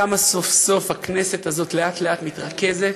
כמה סוף-סוף הכנסת הזאת לאט-לאט מתרכזת